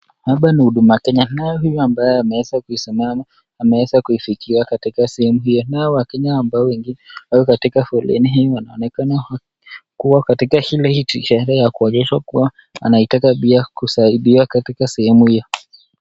Hapa ni huduma Kenya naye huyu ambaye ameweza kusimama ameweza kufikiwa katika sehemu hii. Nao wakenya ambao wengine wako katika foleni hii wanaonekana kuwa katika ile sherehe ya kuonyesha kuwa wanataka pia kusaidiwa katika sehemu hio.